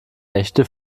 nächte